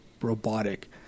robotic